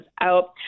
out